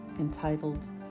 entitled